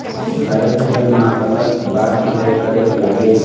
राई फसल मा कतक बार सिचाई करेक लागेल?